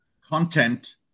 Content